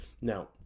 now